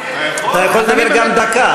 אתה יכול לדבר גם דקה.